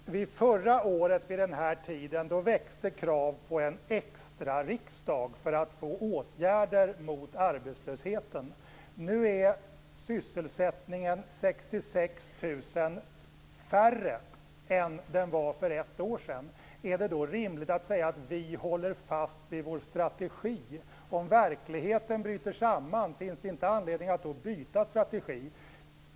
Fru talman! Förra året vid denna tid växte krav på en extrariksdag för att få åtgärder mot arbetslösheten. Nu är 66 000 färre i sysselsättning än för ett år sedan. Är det då rimligt att säga att vi håller fast vid vår strategi? Finns det inte anledning att byta strategi om verkligheten bryter samman?